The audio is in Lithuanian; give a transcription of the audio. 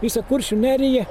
visa kuršių nerija